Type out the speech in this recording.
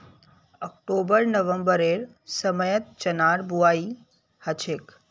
October नवंबरेर समयत चनार बुवाई हछेक